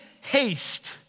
haste